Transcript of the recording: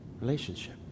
relationship